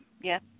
Yes